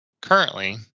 currently